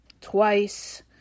twice